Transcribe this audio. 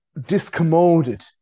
discommoded